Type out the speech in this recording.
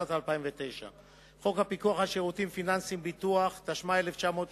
התשס"ט 2009. אני מזמין את יושב-ראש